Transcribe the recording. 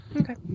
Okay